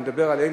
אני מדבר עלינו,